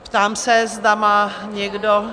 Ptám se, zda má někdo...